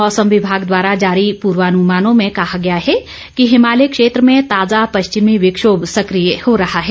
मौसम विभाग द्वारा जारी पूर्वानुमानों में कहा गया है कि हिमालय क्षेत्र में ताजा पश्चिमी विक्षोम सकिय हो रहा है